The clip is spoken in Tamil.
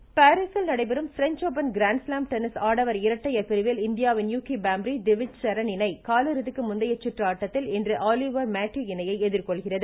டென்னிஸ் பாரீசில் நடைபெறும் ப்ரெஞ்ச் ஓபன் க்ராண்ட்ஸ்லாம் டென்னிஸ் ஆடவர் இரட்டையர் பிரிவில் இந்தியாவின் யூகி பாம்ப்ரி இணை காலிறுதிக்கு முந்தைய சுற்று ஆட்டத்தில் இன்று ஆலிவர் மேட்டி இணையை எதிர்கொள்கிறது